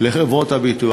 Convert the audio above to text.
לחברות הביטוח,